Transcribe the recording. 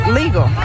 legal